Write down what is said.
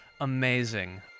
amazing